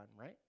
right